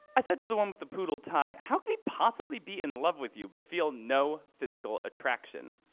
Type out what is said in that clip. i said to the one with the poodle tie, how can you possibly be in love with you but feel no physical attraction?